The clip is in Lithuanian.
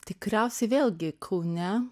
tikriausiai vėlgi kaune